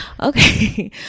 Okay